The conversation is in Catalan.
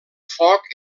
foc